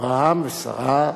אברהם ושרה,